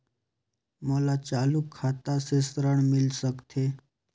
मोर चालू खाता से ऋण मिल सकथे?